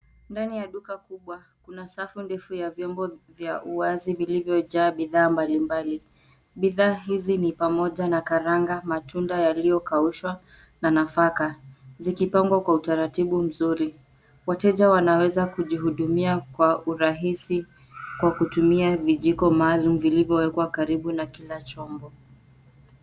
Ndani ya duka kubwa, kuna safu ndefu ya vyombo vya uwazi vilivyojaa bidhaa mbalimbali. Bidhaa hizi ni pamoja na karanga, matunda yaliyokaushwa na nafaka, zikipangwa kwa utaratibu mzuri. Wateja wanaweza kujihudumia kwa urahisi kwa kutumia vijiko maalum vilivyowekwa karibu na kila chombo.